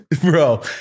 Bro